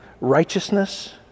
righteousness